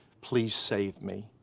please save me.